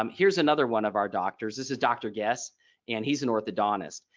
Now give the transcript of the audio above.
um here's another one of our doctors this is dr. guess and he's an orthodontist.